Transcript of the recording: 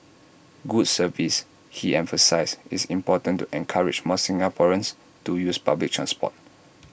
good service he emphasised is important to encourage more Singaporeans to use public transport